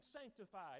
sanctified